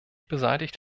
beseitigt